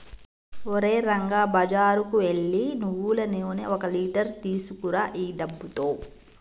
ఓరే రంగా బజారుకు ఎల్లి నువ్వులు నూనె ఒక లీటర్ తీసుకురా ఈ డబ్బుతో